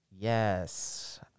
Yes